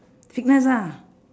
sickness ah